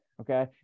Okay